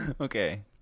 okay